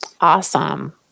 Awesome